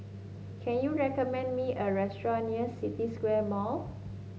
can you recommend me a restaurant near City Square Mall